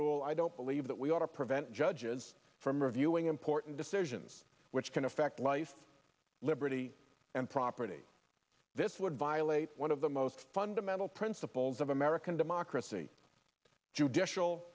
rule i don't believe that we ought to prevent judges from reviewing important decisions which can affect life liberty and property this would violate one of the most fundamental principles of american democracy judicial